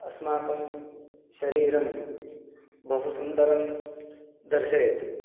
अस्माकं शरीरं बहु सुन्दरं दर्शयति